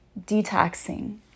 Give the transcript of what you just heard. detoxing